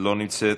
לא נמצאת,